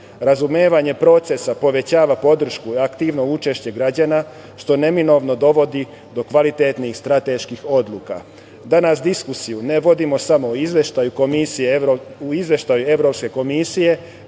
Srbije. Razumevanje procesa povećava podršku, aktivno učešće građana, što neminovno dovodi do kvalitetnih strateških odluka. Danas diskusiju ne vodimo samo o Izveštaju Evropske Komisije,